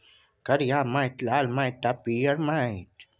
करिया माटि, लाल माटि आ पीयर माटि